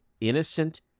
innocent